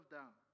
down